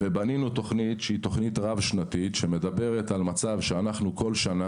בנינו תוכנית שהיא תוכנית רב שנתית שמדברת על מצב שאנחנו כל שנה